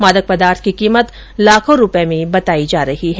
मादक पदार्थ की कीमत लाखों रुपए में बताई जा रही है